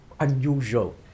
Unusual